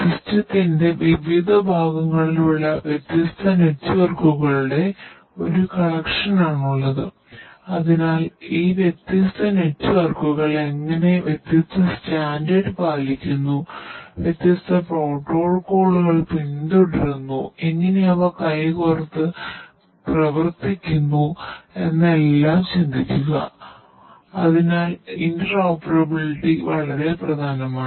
സിസ്റ്റത്തിന്റെ വളരെ പ്രധാനമാണ്